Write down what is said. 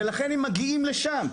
ולכן הם מגיעים לשם.